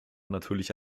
natürlich